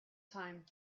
time